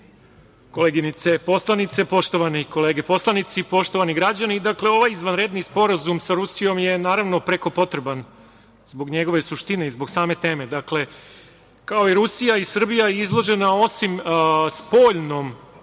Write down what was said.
koleginice poslanice, poštovane kolege poslanici, poštovani građani, ovaj izvanredni Sporazum sa Rusijom je, naravno, preko potreban zbog njegove suštine i zbog same teme. Dakle, kao i Rusija i Srbija je izložena osim spoljnom